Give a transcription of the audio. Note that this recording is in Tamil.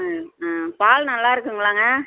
ஆ ஆ பால் நல்லாயிருக்குங்களாங்க